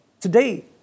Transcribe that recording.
today